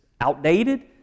outdated